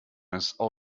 also